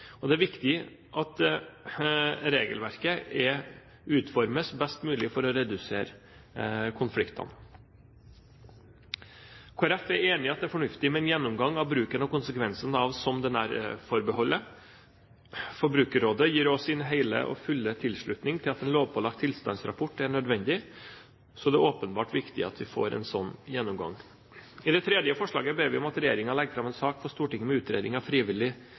og det er viktig at regelverket utformes best mulig for å redusere konfliktene. Kristelig Folkeparti er enig i at det er fornuftig med en gjennomgang av bruken og konsekvensene av «som den er»-forbeholdet. Forbrukerrådet gir også sin hele og fulle tilslutning til at en lovpålagt tilstandsrapport er nødvendig. Så det er åpenbart viktig at vi får en sånn gjennomgang. I det tredje forslaget ber vi om at regjeringen legger fram en sak for Stortinget med utredning av frivillig